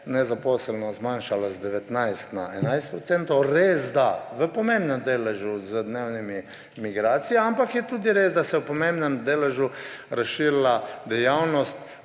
brezposelnost zmanjšala z 19 % na 11 %, resda v pomembnem deležu z dnevnimi migracijami, ampak je tudi res, da se v pomembnem deležu razširila dejavnost